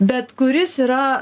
bet kuris yra